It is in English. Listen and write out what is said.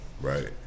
right